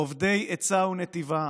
אובדי עצה ונתיבה,